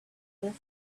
lift